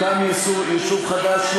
הוקם יישוב חדש,